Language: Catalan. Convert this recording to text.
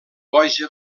boja